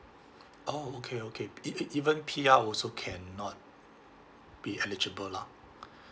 oh okay okay e~ e~ even P_R also cannot be eligible lah